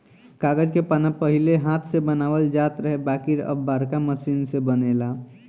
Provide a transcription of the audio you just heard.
कागज के पन्ना पहिले हाथ से बनावल जात रहे बाकिर अब बाड़का मशीन से बनेला